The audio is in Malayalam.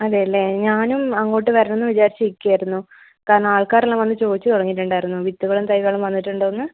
അതേല്ലേ ഞാനും അങ്ങോട്ട് വരണമെന്ന് വിചാരിച്ചിരിക്കുവായിരുന്നു കാരണം ആൾക്കാരെല്ലാം വന്ന് ചോദിച്ച് തുടങ്ങിയിട്ടുണ്ടായിരുന്നു വിത്തുകളും തൈകളും വന്നിട്ടുണ്ടോന്ന്